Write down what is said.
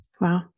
Wow